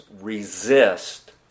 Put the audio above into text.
resist